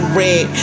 red